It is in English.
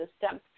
system